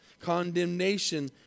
Condemnation